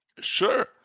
Sure